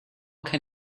can